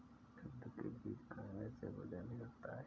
कद्दू के बीज खाने से वजन भी घटता है